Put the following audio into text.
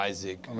Isaac